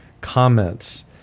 comments